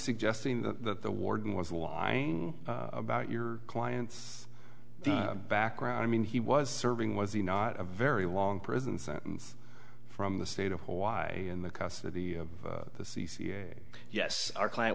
suggesting that the warden was lying about your client's background i mean he was serving was he not a very long prison sentence from the state of hawaii in the custody of the c c a yes our client